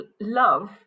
love